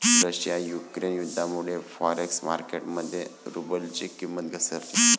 Russia Ukraine युद्धामुळे forex market मध्ये रुबलची किंमत घसरली